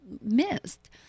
missed